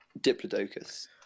Diplodocus